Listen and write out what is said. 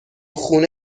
خونه